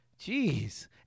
Jeez